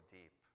deep